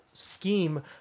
scheme